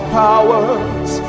powers